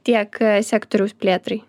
tiek sektoriaus plėtrai